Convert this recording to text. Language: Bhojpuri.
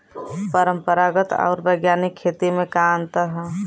परंपरागत आऊर वैज्ञानिक खेती में का अंतर ह?